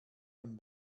von